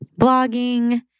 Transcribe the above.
blogging